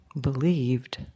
believed